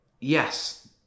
Yes